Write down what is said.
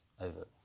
over